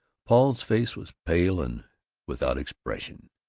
paul's face was pale and without expression.